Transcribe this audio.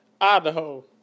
Idaho